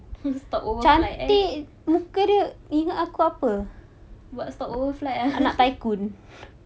stop over flight eh buat stop over flight ah